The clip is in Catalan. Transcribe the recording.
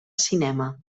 cinema